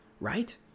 right